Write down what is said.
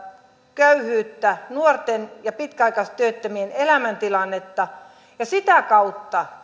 köyhyyttä nuorten ja pitkäaikaistyöttömien elämäntilannetta ja sitä kautta